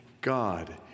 God